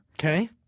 Okay